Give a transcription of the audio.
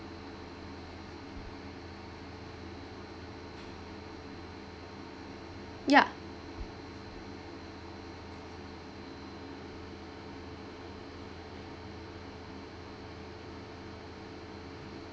yup